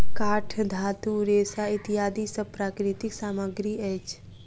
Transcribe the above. काठ, धातु, रेशा इत्यादि सब प्राकृतिक सामग्री अछि